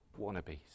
wannabes